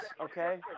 okay